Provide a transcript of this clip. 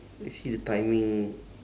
let's see the timing